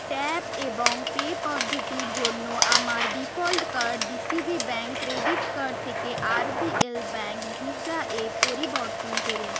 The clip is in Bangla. ট্যাপ এবং পে পদ্ধতির জন্য আমার default card DCB bank credit card থেকে আরবিএল ব্যাঙ্ক ভিসা এ পরিবর্তন করুন